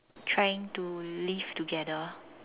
trying to live together